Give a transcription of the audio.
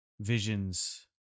visions